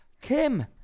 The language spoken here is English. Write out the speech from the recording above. Kim